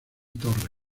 torre